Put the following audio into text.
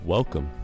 Welcome